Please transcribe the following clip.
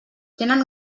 tenen